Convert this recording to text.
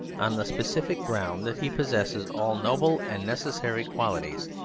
on the specific ground that he possesses all noble and necessary qualities,